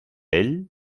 ell